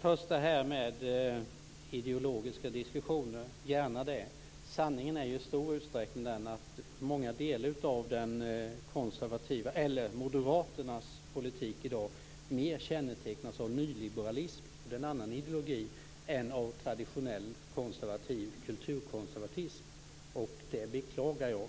Fru talman! Gärna ideologiska diskussioner. Sanningen är i stor utsträckning att många delar av Moderaternas politik i dag mer kännetecknas av nyliberalism - det är en annan ideologi - än av traditionell konservativ kulturkonservatism. Det beklagar jag.